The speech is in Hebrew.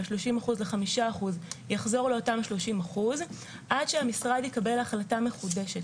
ה-30% ל-5% יחזור לאותם 30% עד שהמשרד יקבל החלטה מחודשת.